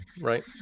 right